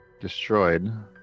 destroyed